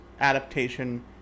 adaptation